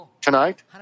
tonight